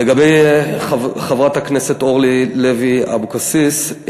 לגבי חברת הכנסת אורלי לוי אבקסיס,